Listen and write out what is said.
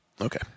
Okay